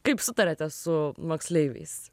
kaip sutariate su moksleiviais